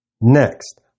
Next